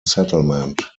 settlement